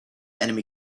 enemy